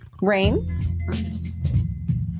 Rain